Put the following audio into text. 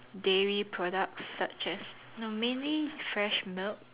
dairy products such as no mainly fresh milk